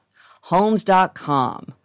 Homes.com